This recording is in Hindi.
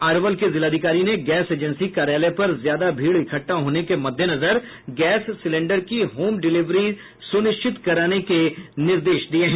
अरवल के जिलाधिकारी ने गैस एजेंसी कार्यालय पर ज्यादा भीड़ इकट्ठा होने के मद्देनजर गैस सिलेंडर की होम डिलिवरी सुनिश्चित कराने के निर्देश दिये हैं